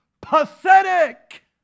pathetic